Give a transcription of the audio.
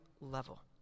level